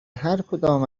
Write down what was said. هرکدام